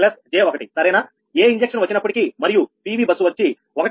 5 j1 సరేనా ఏ injection వచ్చినప్పటికీ మరియు PV బస్సు వచ్చి 1